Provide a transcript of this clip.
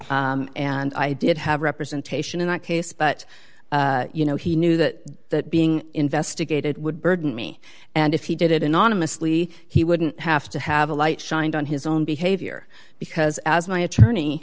him and i did have representation in that case but you know he knew that that being investigated would burden me and if he did it anonymously he wouldn't have to have a light shined on his own behavior because as my attorney